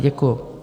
Děkuju.